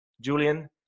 Julian